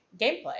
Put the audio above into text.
gameplay